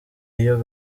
iyo